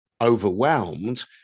overwhelmed